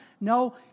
No